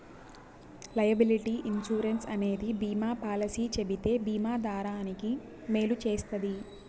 liability insurance అనేది బీమా policy చెబితే బీమా దారానికి మేలు చేస్తది